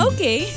Okay